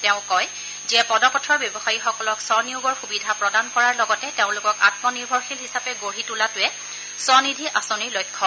তেওঁ কয় যে পদপথৰ ব্যৱসায়ীসকলক স্বনিয়োগৰ সুবিধা প্ৰদান কৰাৰ লগতে তেওঁলোকক আমনিৰ্ভৰশীল হিচাপে গঢ়ি তোলাটোৱে স্বনিধি আঁচনিৰ লক্ষ্য